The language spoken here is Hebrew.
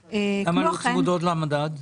למה היא לא צמודה למדד?